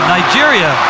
Nigeria